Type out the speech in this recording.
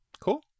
cool